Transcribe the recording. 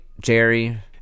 Jerry